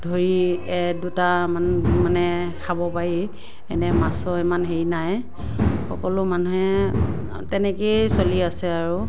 ধৰি দুটামান মানে খাব পাৰি এনে মাছৰ ইমান হেৰি নাই সকলো মানুহে তেনেকেই চলি আছে আৰু